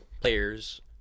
players